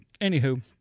Anywho